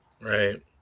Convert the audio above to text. right